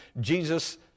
Jesus